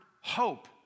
hope